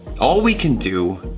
all we can do,